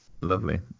Lovely